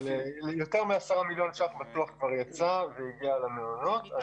יותר מ-10 מיליון שקלים יצאו וכבר הגיעו למעונות.